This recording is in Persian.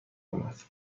آمد